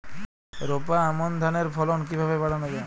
রোপা আমন ধানের ফলন কিভাবে বাড়ানো যায়?